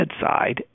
side